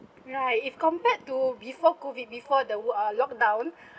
right if compared to before COVID before the w~ uh lockdown